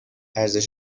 ارزش